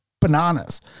bananas